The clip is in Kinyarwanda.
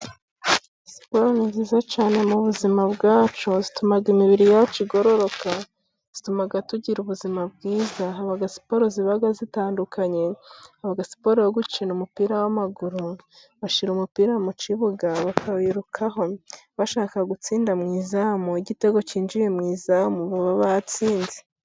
Siporo ni nziza cyane mu buzima bwacu. zatumaga imibiri yacu igororoka . Ituma tugira ubuzima bwiza. Haba siporo ziba zitandukanye . Si poro yo gukina umupira w'amaguru. Bashyira umupira mu kibuga, bakawirukaho bashaka gutsinda mu izamu. Iyo igitego cyinjiye mu izamu baba batsinze.